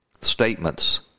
statements